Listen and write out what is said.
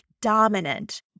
dominant